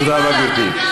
תודה רבה, גברתי.